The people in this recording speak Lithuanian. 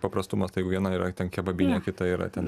paprastumas tai jau viena yra ten kebabinė kita yra ten